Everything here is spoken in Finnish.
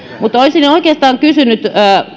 olisin oikeastaan